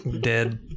Dead